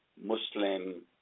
Muslim